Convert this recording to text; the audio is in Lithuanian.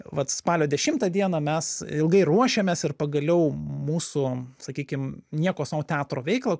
vat spalio dešimtą dieną mes ilgai ruošėmės ir pagaliau mūsų sakykim nieko sau teatro veiklą